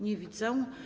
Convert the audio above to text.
Nie widzę.